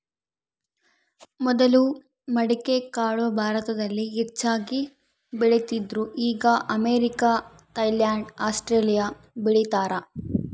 ಮೊದಲು ಮಡಿಕೆಕಾಳು ಭಾರತದಲ್ಲಿ ಹೆಚ್ಚಾಗಿ ಬೆಳೀತಿದ್ರು ಈಗ ಅಮೇರಿಕ, ಥೈಲ್ಯಾಂಡ್ ಆಸ್ಟ್ರೇಲಿಯಾ ಬೆಳೀತಾರ